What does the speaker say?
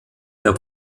der